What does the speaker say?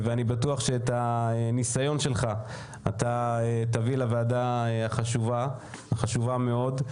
אני בטוח שאת הניסיון שלך אתה תביא לוועדה הזו שהיא ועדה החשובה מאוד.